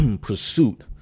pursuit